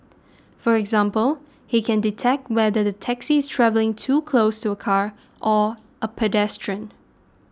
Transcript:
for example he can detect whether the taxi is travelling too close to a car or a pedestrian